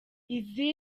izi